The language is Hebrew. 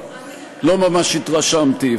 לא ממש התרשמתי.